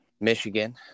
Michigan